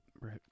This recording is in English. Right